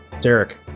Derek